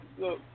Look